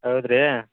ಹೌದು ರೀ